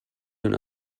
una